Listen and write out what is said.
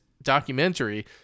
documentary